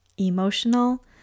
emotional